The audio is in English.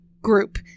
group